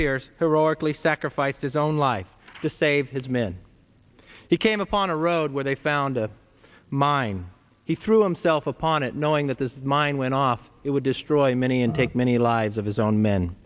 pierce heroically sacrificed his own i just saved his men he came upon a road where they found a mine he threw himself upon it knowing that this is mine went off it would destroy many and take many lives of his own men